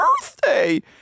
birthday